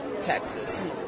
Texas